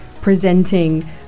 presenting